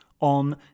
on